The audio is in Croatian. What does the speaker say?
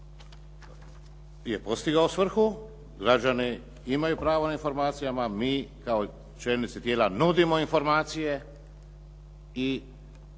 je postigao svrhu, građani imaju pravo na informacije. Mi kao čelnici tijela nudimo informacije i nikome